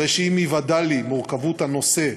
הרי שעם היוודע לי דבר מורכבות הנושא,